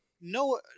no